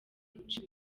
guca